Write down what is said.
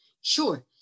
Sure